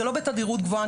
לא בתדירות גבוהה,